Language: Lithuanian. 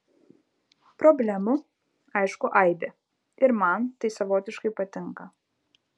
problemų aišku aibė ir man tai savotiškai patinka